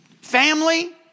family